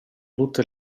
tutte